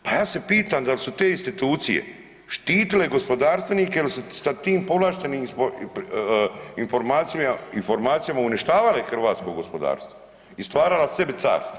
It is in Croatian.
Pa ja se pitam da li su te institucije štitile gospodarstvenike ili su sa tim povlaštenim informacijama uništavale hrvatsko gospodarstvo i stvarala sebi carstva?